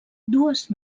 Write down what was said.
dues